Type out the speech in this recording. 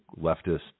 leftist